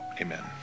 amen